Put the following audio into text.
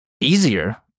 easier